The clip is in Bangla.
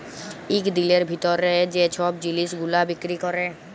ইক দিলের ভিতরে যে ছব জিলিস গুলা বিক্কিরি ক্যরে